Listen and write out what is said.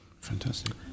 Fantastic